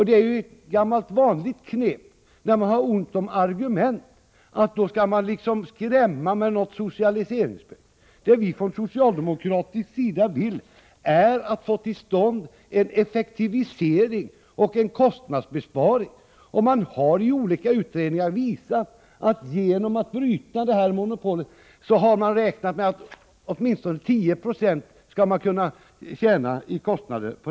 Det är ett gammalt vanligt knep när man har ont om argument att skrämma med socialiseringsspöket. Vad vi från socialdemokratisk sida vill är att få till stånd en effektivisering och en kostnadsbesparing. I olika utredningar har man räknat med att man genom att bryta det här monopolet skall kunna tjäna åtminstone 10 20 av kostnaderna.